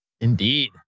Indeed